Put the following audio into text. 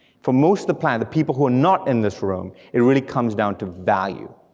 for most of planet, people who are not in this room, it really comes down to value.